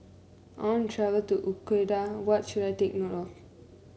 I want to travel to Ecuador what should I take note of